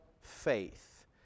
faith